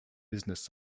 business